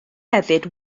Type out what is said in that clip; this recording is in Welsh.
hefyd